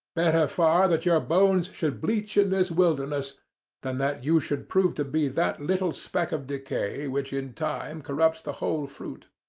better far that your bones should bleach in this wilderness than that you should prove to be that little speck of decay which in time corrupts the whole fruit.